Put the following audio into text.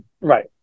right